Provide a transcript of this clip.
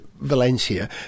Valencia